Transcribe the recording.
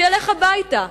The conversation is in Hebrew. שילך הביתה,